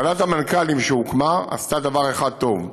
ועדת המנכ"לים שהוקמה עשתה דבר אחד טוב: